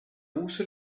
also